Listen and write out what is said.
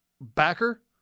Backer